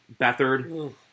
Beathard